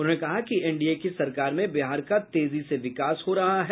उन्होंने कहा कि एनडीए की सरकार में बिहार का तेजी से विकास हो रहा है